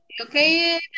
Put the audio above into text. Okay